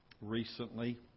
recently